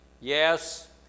yes